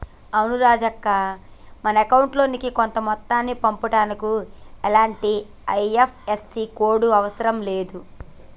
అవును రాజక్క మనం అకౌంట్ లోకి కొంత మొత్తాన్ని పంపుటానికి ఇలాంటి ఐ.ఎఫ్.ఎస్.సి కోడ్లు అవసరం లేదు